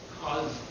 cause